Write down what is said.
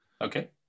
Okay